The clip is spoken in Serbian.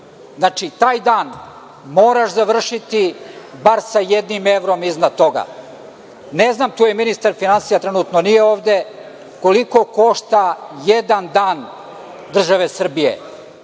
Znači, taj dan moraš završiti bar sa jednim evrom iznad toga. Ne znam, tu je ministar finansija, trenutno nije ovde, koliko košta jedan dan države Srbije.